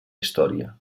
història